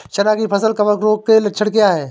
चना की फसल कवक रोग के लक्षण क्या है?